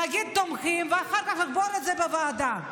להגיד שתומכים ואחר כך לקבור את זה בוועדה.